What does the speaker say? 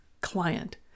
client